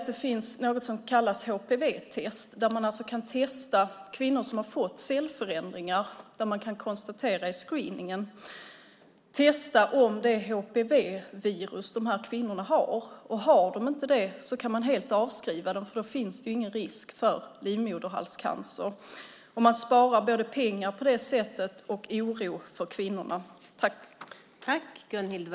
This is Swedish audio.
Det finns något som kallas HPV-test. Man kan alltså testa de kvinnor som har fått cellförändringar, som man kan konstatera i screeningen, och se om det är HPV-virus som de har. Har de inte det kan man helt avskriva dem. Då finns det nämligen ingen risk för livmoderhalscancer. På det sättet sparar man både pengar och oro för kvinnorna.